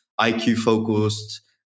IQ-focused